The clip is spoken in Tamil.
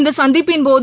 இந்த சந்திப்பின்போது